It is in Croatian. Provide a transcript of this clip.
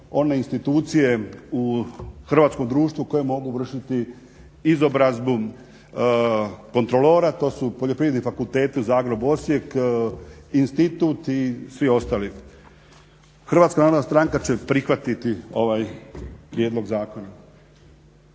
one institucije u hrvatskom društvu koje mogu vršiti izobrazbu kontrolora, to su poljoprivredni fakulteti u Zagrebu, Osijeku, Institut i ostali. Hrvatska narodna stranka će prihvatiti ovaj prijedlog zakona.